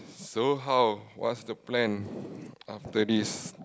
so how what's the plan after this